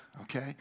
okay